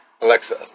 Alexa